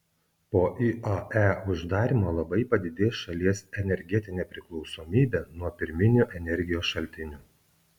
po iae uždarymo labai padidės šalies energetinė priklausomybė nuo pirminių energijos šaltinių